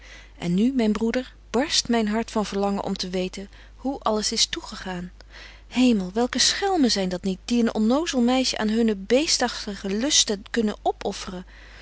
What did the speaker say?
en nu myn broeder barst myn hart van verlangen om te weten hoe alles is toegegaan hemel welke schelmen zyn dat niet die een onnozel meisje aan hunne beestagtige lusten kunnen opöfferen